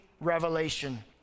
revelation